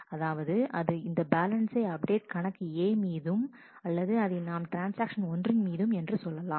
அதாவது அது இந்த பேலன்சை அப்டேட் கணக்குA மீதும் அல்லது அதை நாம் ட்ரான்ஸ் ஆக்ஷன் ஒன்றின் மீது என்று கொள்ளலாம்